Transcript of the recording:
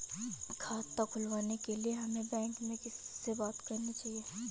खाता खुलवाने के लिए हमें बैंक में किससे बात करनी चाहिए?